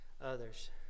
Others